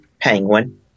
Penguin